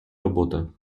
робота